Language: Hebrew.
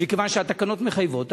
מכיוון שהתקנות מחייבות,